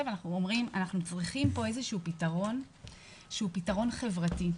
ואומרים שאנחנו צריכים פה פתרון שהוא פתרון חברתי.